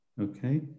Okay